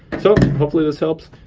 so hopefully this helps.